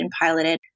piloted